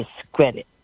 discredit